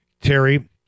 Terry